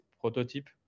prototype